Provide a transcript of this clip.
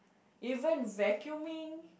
even vacuuming